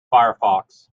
firefox